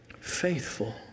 faithful